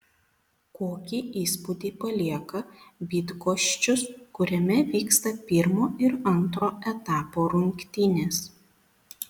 kokį įspūdį palieka bydgoščius kuriame vyksta pirmo ir antro etapo rungtynės